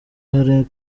hari